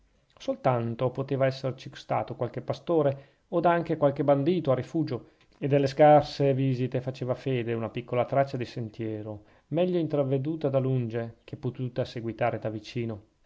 soltanto poteva esserci stato qualche pastore od anche qualche bandito a rifugio e delle scarse visite faceva fede una piccola traccia di sentiero meglio intravveduta da lunge che potuta seguitare da vicino